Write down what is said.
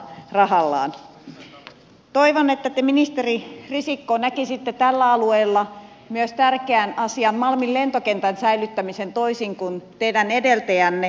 toivon että te ministeri risikko näkisitte tällä alueella myös tärkeän asian malmin lentokentän säilyttämisen toisin kuin teidän edeltäjänne